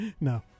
No